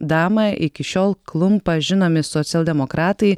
damą iki šiol klumpa žinomi socialdemokratai